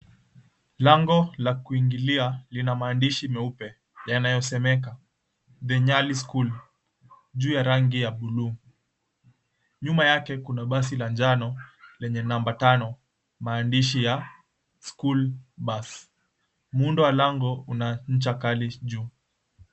Lango la kuingilia lina maandishi meupe yanayosomeka: The Nyali School juu ya rangi ya buluu. Nyuma yake kuna basi la njano lenye namba tano maandishi ya, School Bus, muundo wa lango una ncha kali juu.